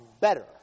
better